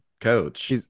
coach